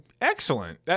Excellent